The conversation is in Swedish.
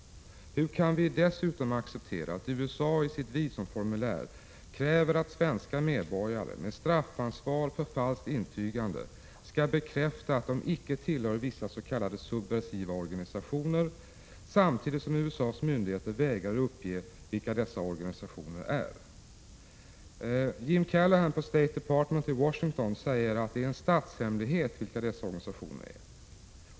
Hur kan vi dessutom acceptera att USA i sitt visumformulär kräver att svenska medborgare — med straffansvar för falskt intygande — skall bekräfta att de icke tillhör vissa s.k. subversiva organisationer samtidigt som USA:s myndigheter vägrar att uppge vilka dessa organisationer är? Jim Callahan på State Department i Washington säger att det är en statshemlighet vilka dessa organisationer är.